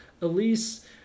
Elise